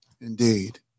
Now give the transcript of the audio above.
Indeed